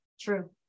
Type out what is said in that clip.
true